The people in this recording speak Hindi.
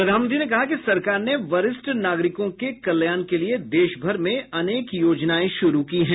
प्रधानमंत्री ने कहा कि सरकार ने वरिष्ठ नागरिकों के कल्याण के लिए देशभर में अनेक योजनाएं शुरू की हैं